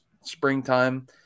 springtime